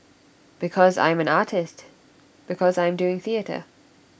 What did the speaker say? because I am an artist because I am doing theatre